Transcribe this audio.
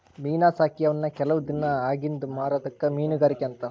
ಮೇನಾ ಸಾಕಿ ಅವನ್ನ ಕೆಲವ ದಿನಾ ಅಗಿಂದ ಮಾರುದಕ್ಕ ಮೇನುಗಾರಿಕೆ ಅಂತಾರ